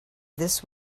this